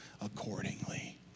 accordingly